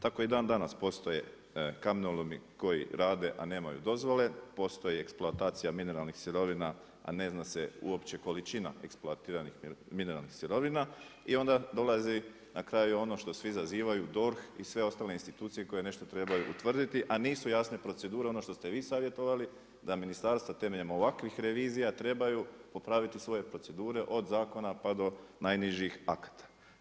Tako i dan danas postoje kamenolomi koji rade, a nemaju dozvole, postoje eksploatacija mineralnih sirovina, a ne zna se uopće količina eksploatiranih mineralnih sirovina i onda dolazi na kraju ono što svi zazivaju DORH i sve ostale institucije koje nešto trebaju utvrditi, a nisu jasne procedure ono što ste vi savjetovali da ministarstva temeljem ovakvih revizija trebaju popraviti svoje procedure od zakona pa do najnižih akata.